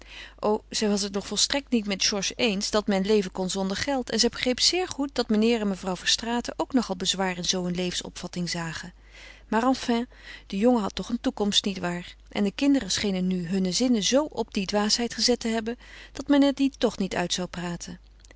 o zij was het nog volstrekt niet met georges eens dat men leven kon zonder geld en zij begreep zeer goed dat meneer en mevrouw verstraeten ook nogal bezwaar in zoo een levensopvatting zagen maar enfin de jongen had toch een toekomst nietwaar en de kinderen schenen nu hunne zinnen zo op die dwaasheid gezet te hebben dat men er die toch niet uit zou praten